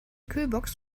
kühlbox